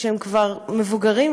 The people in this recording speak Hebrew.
שהם כבר מבוגרים,